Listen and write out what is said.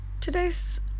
Today's